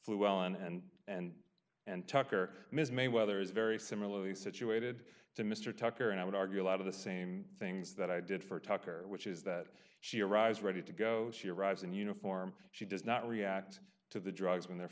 flew on and and and tucker ms mayweather is very similarly situated to mr tucker and i would argue a lot of the same things that i did for tucker which is that she arrives ready to go she arrives in uniform she does not react to the drugs when